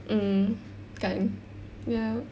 mm kan ya